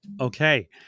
okay